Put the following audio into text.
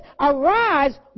Arise